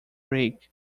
brig